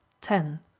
ten.